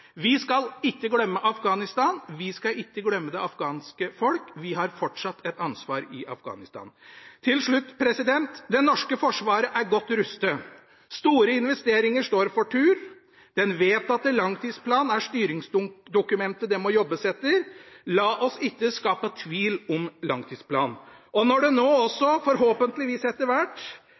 Vi skal ikke glemme Afghanistan, vi skal ikke glemme det afghanske folk, vi har fortsatt et ansvar i Afghanistan. Til slutt: Det norske forsvaret er godt rustet. Store investeringer står for tur. Den vedtatte langtidsplanen er styringsdokumentet det må jobbes etter. La oss ikke skape tvil om langtidsplanen. Når det nå også – forhåpentligvis etter hvert